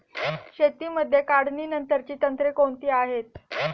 शेतीमध्ये काढणीनंतरची तंत्रे कोणती आहेत?